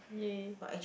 !yay!